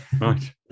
Right